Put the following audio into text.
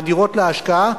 מהדירות להשקעה,